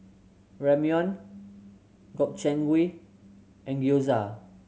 Ramyeon Gobchang Gui and Gyoza